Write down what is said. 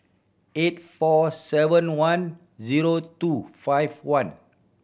eight four seven one zero two five one